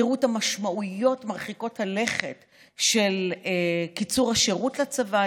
ותראו את המשמעויות מרחיקות הלכת של קיצור השירות לצבא.